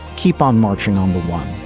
keep on marching on the one